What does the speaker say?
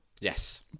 Yes